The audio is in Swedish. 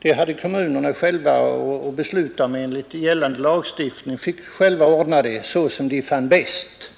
Enligt gällande lagstiftning fick kommunerna ordna det så som de fann bäst.